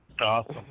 Awesome